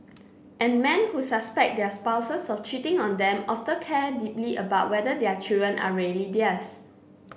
and man who suspect their spouses of cheating on them often care deeply about whether their children are really theirs